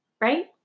Right